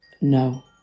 no